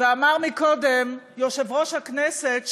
אמר קודם יושב-ראש הכנסת,